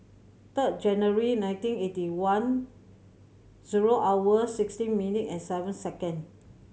third January nineteen eighty one zero hour sixteen minute and seven second